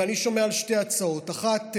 ואני שומע על שתי הצעות: אחת,